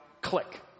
click